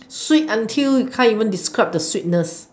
sweet until you can't even describe the sweetness